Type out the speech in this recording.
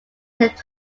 lift